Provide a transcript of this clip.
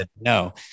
No